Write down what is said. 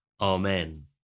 Amen